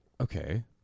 okay